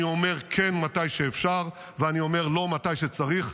אני אומר כן מתי שאפשר ואני אומר לא מתי שצריך,